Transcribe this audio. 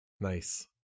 Nice